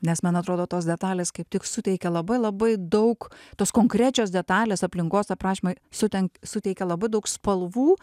nes man atrodo tos detalės kaip tik suteikia labai labai daug tos konkrečios detalės aplinkos aprašymai su ten suteikia labai daug spalvų